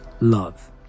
love